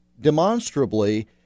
demonstrably